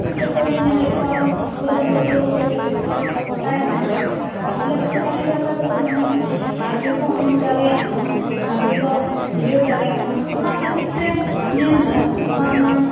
ᱯᱟᱹᱨᱥᱤ ᱛᱮᱫᱩᱧ ᱧᱮᱞᱮᱫ ᱠᱚᱣᱟ ᱟᱵᱚᱨᱮᱱ ᱯᱟ ᱴᱷᱩᱣᱟ ᱠᱚᱫᱚ ᱠᱟ ᱴᱤᱡ ᱫᱚ ᱛᱟᱭᱚᱢ ᱧᱚᱜ ᱨᱮᱜᱮ ᱢᱮᱱᱟᱜ ᱠᱚᱣᱟ ᱛᱟᱦᱚᱞᱮ ᱥᱟᱱᱛᱟᱞᱤ ᱵᱷᱟᱥᱟ ᱛᱮᱫᱚ ᱢᱚᱱᱮᱦᱚᱸ ᱵᱷᱟᱹᱜᱤ ᱠᱚ ᱵᱩᱡᱷ ᱫᱟᱲᱮᱭᱟᱜ ᱠᱟᱱᱟ ᱵᱷᱟᱹᱜᱤ ᱠᱚ ᱩᱭᱦᱟ ᱨ ᱫᱟᱲᱮᱭᱟᱜ ᱠᱟᱱᱟ ᱚᱱᱟ ᱠᱷᱟᱹᱛᱤᱨ ᱛᱮᱧ ᱢᱮᱱ ᱮᱫᱟ ᱵᱟᱝᱢᱟ